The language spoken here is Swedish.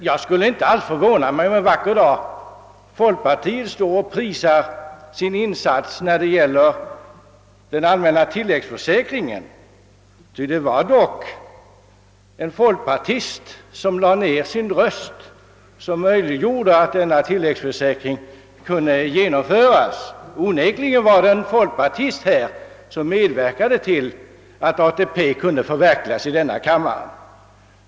Jag skulle inte alls bli förvånad om folkpartiet en vacker dag står och prisar sin insats när det gäller den allmänna tilläggsförsäkringen, ty det var dock en folkpartist som lade ner sin röst, vilket möjliggjorde att denna tillläggsförsäkring " kunde «genomföras. Onekligen var det en folkpartist här som medverkade till att ATP kunde förverkligas i denna kammare.